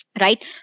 right